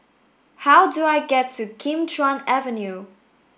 how do I get to Kim Chuan Avenue